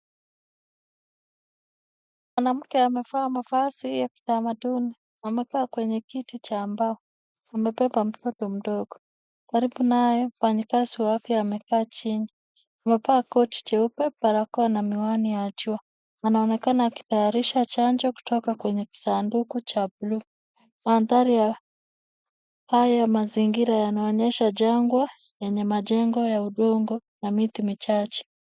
Mwanamke amevaa mavazi ya kitamaduni, amekaa kwenye kiti cha mbao, amebeba mtoto mdogo. Karibu naye mfanyikazi wa afya amekaa chini. Amevaa koti jeupe, barakoa na miwani ya jua. Anaonekana akitayarisha chanjo kutoka kwenye kisanduku cha bluu. Mandhari ya hayo mazingira yanaonyesha jangwa yenye majengo ya udongo na miti michache.